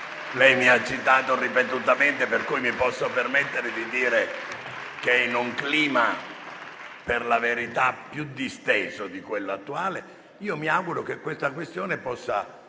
Lei mi ha citato ripetutamente, per cui mi posso permettere di dire che, in un clima per la verità più disteso di quello attuale, io mi auguro che tale questione possa